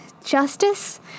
justice